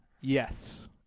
yes